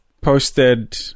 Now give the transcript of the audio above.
posted